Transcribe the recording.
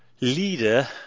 leader